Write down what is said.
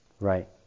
Right